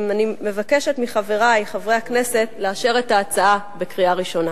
אני מבקשת מחברי חברי הכנסת לאשר את ההצעה בקריאה ראשונה.